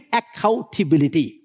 accountability